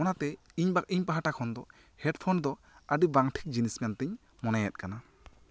ᱚᱱᱟᱛᱮ ᱤᱧ ᱯᱟᱦᱴᱟ ᱠᱷᱚᱱ ᱫᱚ ᱦᱮᱰᱯᱷᱚᱱ ᱫᱚ ᱟᱹᱰᱤ ᱵᱟᱝ ᱴᱷᱤᱠ ᱡᱤᱱᱤᱥ ᱢᱮᱱ ᱛᱮᱧ ᱢᱚᱱᱮᱭᱮᱫ ᱠᱟᱱᱟ